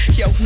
yo